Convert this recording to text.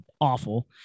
awful